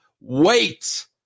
wait